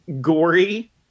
gory